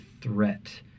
threat